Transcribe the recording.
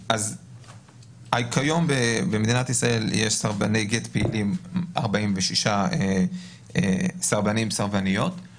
כיום במדינת ישראל יש 46 סרבני וסרבניות גט פעילים,